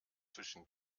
zwischen